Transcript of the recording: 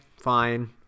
fine